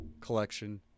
collection